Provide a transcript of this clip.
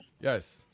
Yes